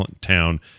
town